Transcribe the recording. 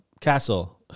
castle